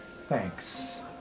Thanks